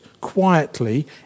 quietly